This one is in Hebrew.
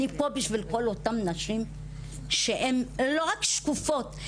אני פה בשביל כל אותן נשים שהן לא רק שקופות,